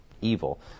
evil